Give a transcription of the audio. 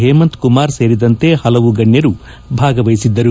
ಹೇಮಂತ್ ಕುಮಾರ್ ಸೇರಿದಂತೆ ಹಲವು ಗಣ್ಣರು ಭಾಗವಹಿಸಿದ್ದರು